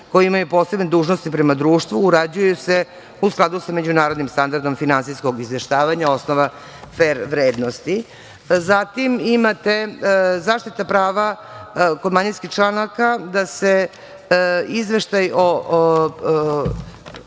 koji imaju posebne dužnosti prema društvu uređuju se u skladu sa međunarodnim standardom finansijskog izveštavanja osnova fer vrednosti. Zatim, imate zaštita prava kod manjinskih članaka da se izveštaj o